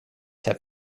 have